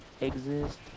exist